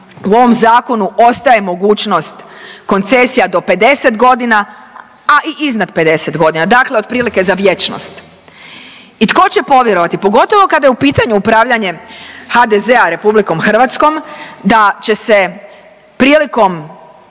u ovom zakonu ostaje mogućnost koncesija do 50 godina, a i iznad 50 godina, dakle otprilike za vječnost. I tko će povjerovati pogotovo kada je u pitanju upravljanje HDZ-a RH da će se prilikom